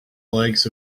likes